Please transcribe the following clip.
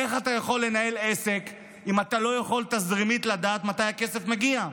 איך אתה יכול לנהל עסק אם אתה לא יכול לדעת תזרימית מתי הכסף מגיע?